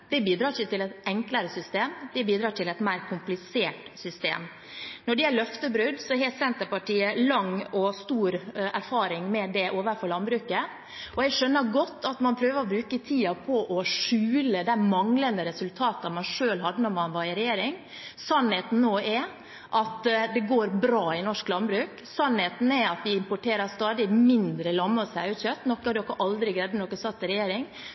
Det bidrar ikke til et enklere system; det bidrar til et mer komplisert system. Når det gjelder løftebrudd, har Senterpartiet lang erfaring med det overfor landbruket. Jeg skjønner godt at man prøver å bruke tiden på å skjule de manglende resultatene man selv hadde da man var i regjering. Sannheten er at det nå går bra i norsk landbruk. Sannheten er at vi importerer stadig mindre lamme- og sauekjøtt, noe de rød-grønne aldri greide da de satt i regjering.